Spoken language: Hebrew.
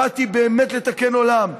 באתי באמת לתקן עולם,